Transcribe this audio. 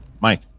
Mike